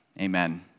Amen